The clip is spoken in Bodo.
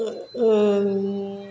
ओं